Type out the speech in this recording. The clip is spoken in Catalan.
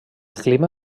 clima